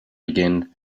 again